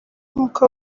nk’uko